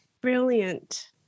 brilliant